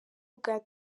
bwa